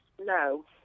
No